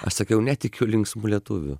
aš sakiau netikiu linksmu lietuviu